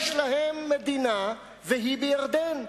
יש להם מדינה, והיא בירדן.